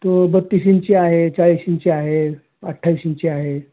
तो बत्तीस इंची आहे चाळीस इंची आहे अठ्ठावीस इंची आहे